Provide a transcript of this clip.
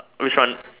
which one